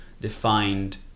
defined